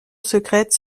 secrète